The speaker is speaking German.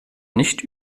nicht